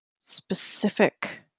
specific